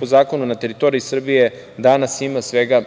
po zakonu, na teritoriji Srbije danas ima svega